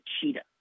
cheetah